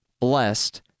blessed